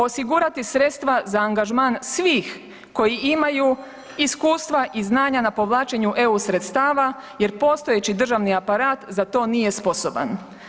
Osigurati sredstva za angažman svih koji imaju iskustva i znanja na povlačenju EU sredstava jer postojeći državi aparat za to nije sposoban.